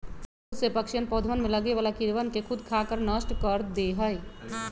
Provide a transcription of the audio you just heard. बहुत से पक्षीअन पौधवन में लगे वाला कीड़वन के स्खुद खाकर नष्ट कर दे हई